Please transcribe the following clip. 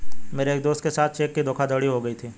मेरे एक दोस्त के साथ चेक की धोखाधड़ी हो गयी थी